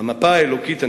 המפה האלוקית הנצחית,